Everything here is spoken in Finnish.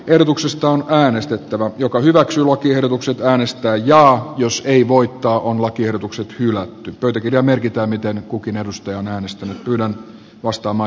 erotuksesta on äänestettävä joka hyväksyy lakiehdotukset äänestää jaa jos ei voittoon lakiehdotukset hylätty törky ja merkitään miten kukin edustaja on onnistunut kylään ostama